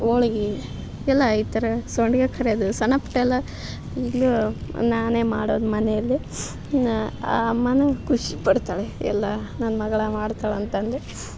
ಹೋಳಿಗೆ ಎಲ್ಲಾ ಈ ಥರ ಸೊಂಡ್ಗೆ ಕರಿಯೋದು ಸಣ್ಣ ಪುಟ್ಟ ಎಲ್ಲಾ ಈಗಲೂ ನಾನೇ ಮಾಡೋದು ಮನೇಲಿ ನಾ ಅಮ್ಮನು ಖುಷಿ ಪಡ್ತಾಳೆ ಎಲ್ಲಾ ನನ್ನ ಮಗ್ಳು ಮಾಡ್ತಾಳೆ ಅಂತಂದಿ